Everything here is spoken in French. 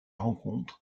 rencontre